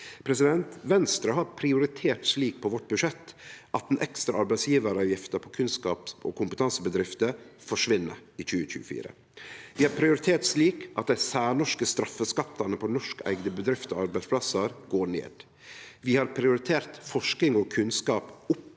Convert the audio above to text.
landet. Venstre har prioritert slik i sitt budsjett at den ekstra arbeidsgjevaravgifta på kunnskaps- og kompetansebedrifter forsvinn i 2024. Vi har prioritert slik at dei særnorske straffeskattane på norskeigde bedrifter og arbeidsplassar går ned. Vi har prioritert forsking og kunnskap opp